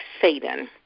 Satan